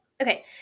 okay